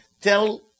tell